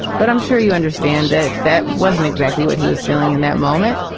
but i'm sure you understand that that wasn't exactly what he was feeling in that moment.